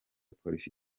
polisi